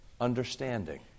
understanding